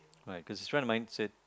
right cause this friend of mine said